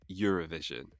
Eurovision